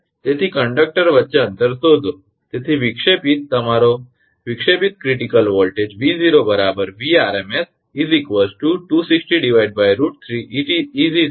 તેથી કંડક્ટર વચ્ચે અંતર શોધો તેથી વિક્ષેપિત તમારો વિક્ષેપિત ક્રિટીકલ વોલ્ટેજ 𝑉0 𝑉𝑟𝑚𝑠 260√3 150